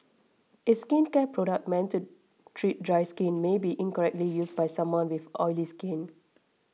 a skincare product meant to treat dry skin may be incorrectly used by someone with oily skin